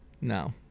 no